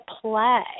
play